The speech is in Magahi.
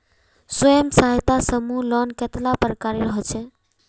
स्वयं सहायता समूह लोन कतेला प्रकारेर होचे?